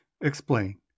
explain